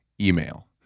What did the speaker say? email